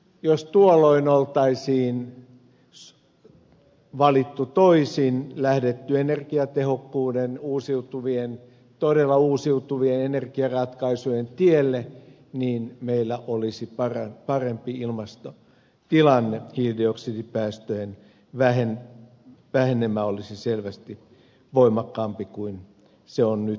jos tuolloin olisi valittu toisin lähdetty energiatehokkuuden todella uusiutuvien energiaratkaisujen tielle niin meillä olisi parempi ilmastotilanne hiilidioksidipäästöjen vähenemä olisi selvästi voimakkaampi kuin se on nyt ollut